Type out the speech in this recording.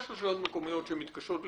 יש רשויות מקומיות שמתקשות להתמודד,